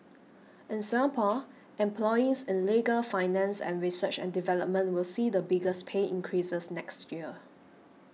in Singapore employees in legal finance and research and development will see the biggest pay increases next year